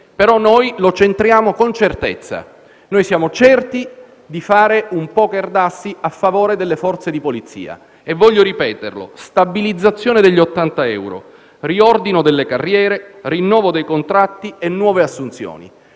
però noi lo centriamo con certezza. Siamo certi di fare un *poker* d'assi a favore delle forze di polizia. Voglio ripeterlo: stabilizzazione degli 80 euro, riordino delle carriere, rinnovo dei contratti e nuove assunzioni.